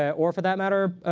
ah or for that matter,